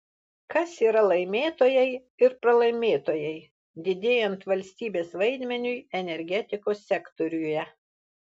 kas yra laimėtojai ir pralaimėtojai didėjant valstybės vaidmeniui energetikos sektoriuje